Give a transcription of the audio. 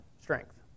strength